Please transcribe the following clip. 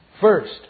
first